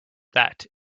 that